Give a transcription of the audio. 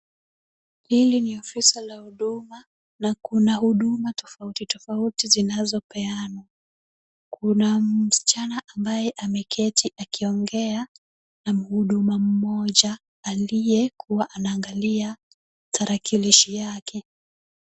Hili ni ofisi la huduma na kuna huduma tofauti tofauti zinazopeanwa. Kuna msichana ambaye ameketi akiongea na mhudumu mmoja aliyekuwa anaangalia tarakilishi yake.